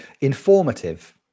Informative